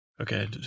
Okay